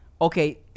okay